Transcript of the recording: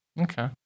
Okay